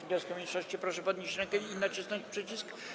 wniosku mniejszości, proszę podnieść rękę i nacisnąć przycisk.